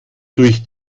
durch